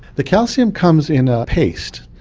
the calcium comes in a paste,